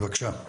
בבקשה.